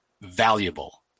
valuable